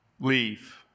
Leave